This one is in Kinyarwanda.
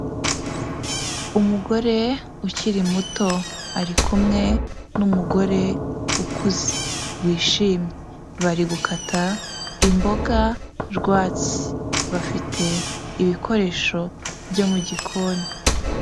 Umugore ukiri muto ari kumwe numugore ukuze wishimye bari gukata imboga rwatsi bafite ibikoresho byo mu gikoni.